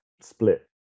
split